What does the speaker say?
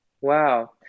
Wow